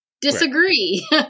disagree